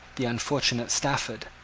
the unfortunate stafford,